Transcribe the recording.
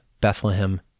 Bethlehem